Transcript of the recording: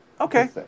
Okay